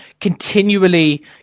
continually